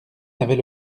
n’avait